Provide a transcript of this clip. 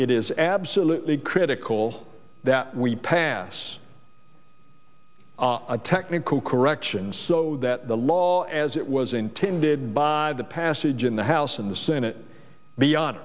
it is absolutely critical that we pass a technical correction so that the law as it was intended by the passage in the house in the senate beyond